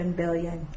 billion